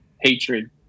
hatred